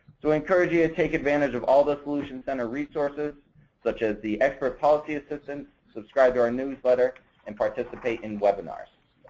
encourage you to take advantage of all the solutions center resources such as the expert policy assistance, subscribe to our and newsletter and participate in webinars.